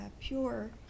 pure